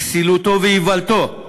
כסילותו ואיוולתו,